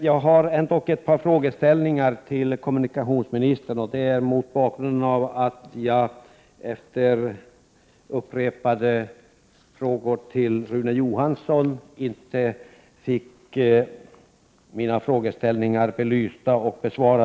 Jag har en del frågor till kommunikationsministern, eftersom jag inte fått mina frågor besvarade efter upprepade frågor till Rune Johansson.